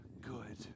good